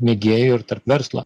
mėgėjų ir tarp verslo